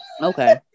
Okay